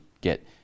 get